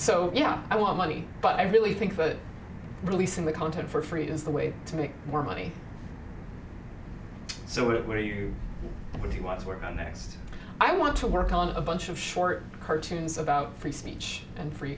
so yeah i want money but i really think that releasing the content for free is the way to make more money so where you get what you want to work on next i want to work on a bunch of short cartoons about free speech and free